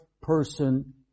person